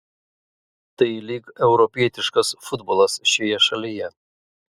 tai lyg europietiškas futbolas šioje šalyje